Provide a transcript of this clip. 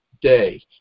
day